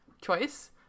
choice